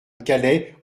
calais